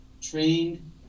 trained